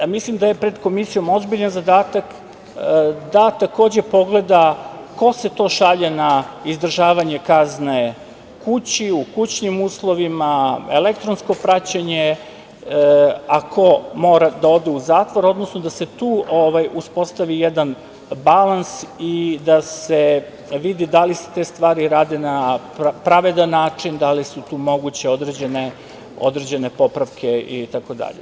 Mislim da je pred komisijom ozbiljan zadatak da takođe pogleda ko se to šalje na izdržavanje kazne kući, u kućnim uslovima, elektronsko praćenje, a ko mora da ode u zatvor, odnosno da se tu uspostavi jedan balans i da se vidi da li se te stvari rade na pravedan način, da li su tu moguće određene popravke, itd.